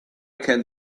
can